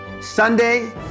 Sunday